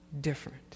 different